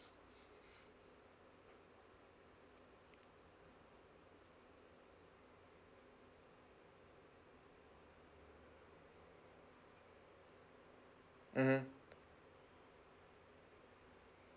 mmhmm